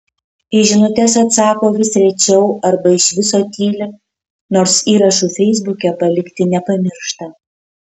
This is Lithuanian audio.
į žinutes atsako vis rečiau arba iš viso tyli nors įrašų feisbuke palikti nepamiršta